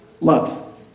love